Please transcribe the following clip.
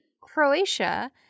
Croatia